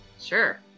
Sure